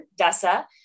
Dessa